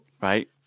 Right